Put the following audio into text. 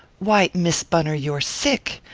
why, miss bunner, you're sick!